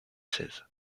seize